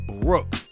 brooke